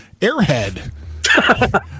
airhead